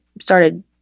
started